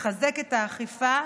לחזק את האכיפה,